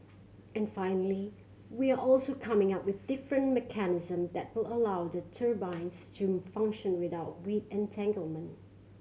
and finally we're also coming up with different mechanism that will allow the turbines to function without weed entanglement